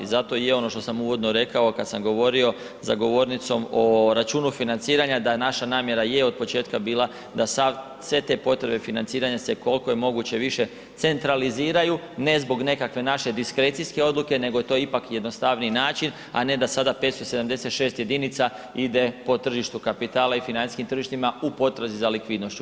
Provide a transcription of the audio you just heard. Zato i je ono što sam uvodno rekao, kad sam govorio za govornicom o računu financiranja, da naša namjera je od početka bila da sav, sve te potrebe financiranja se, koliko je moguće više centraliziraju, ne zbog nekakve naše diskrecijske odluke, nego to ipak jednostavniji način, a ne da sada 576 jedinica ide po tržištu kapitala i financijskim tržištima u potrazi za likvidnošću.